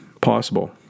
possible